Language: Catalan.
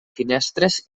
finestres